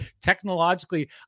technologically